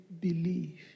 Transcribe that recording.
believe